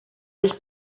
ich